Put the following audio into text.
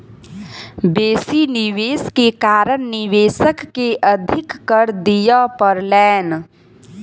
बेसी निवेश के कारण निवेशक के अधिक कर दिअ पड़लैन